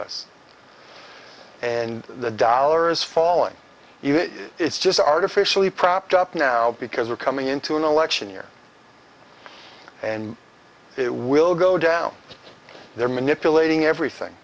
us and the dollar is falling even if it's just artificially propped up now because we're coming into an election year and it will go down they're manipulating everything